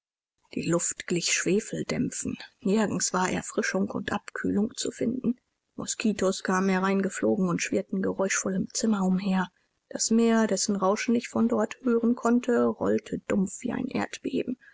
die luft glich schwefeldämpfen nirgend war erfrischung und abkühlung zu finden mosquitos kamen hereingeflogen und schwirrten geräuschvoll im zimmer umher das meer dessen rauschen ich von dort hören konnte rollte dumpf wie ein erdbeben